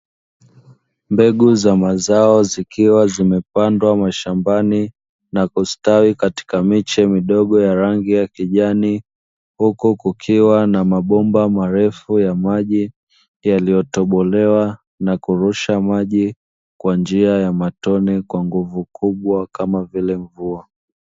Mbegu za mazao zikiwa zimepandwa mashambani na kustawi katika miche midogo ya rangi ya kijani, huku kukiwa na mabomba marefu ya maji yaliyotobolewa, na kurusha maji kwa njia ya matone kwa nguvu kubwa, kama vile mvua.